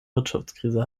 wirtschaftskrise